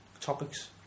topics